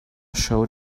showed